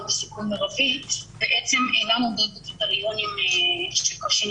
בסיכון מרבי בעצם אינן עומדות בקריטריונים שנקבעו,